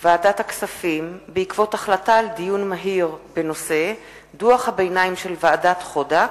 ועדת הכספים בעקבות דיון מהיר בנושא: דוח הביניים של ועדת-חודק,